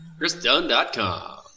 ChrisDunn.com